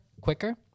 quicker